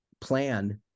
plan